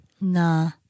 Nah